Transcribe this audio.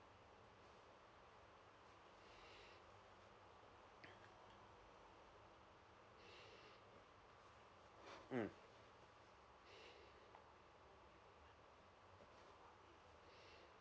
mm